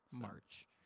March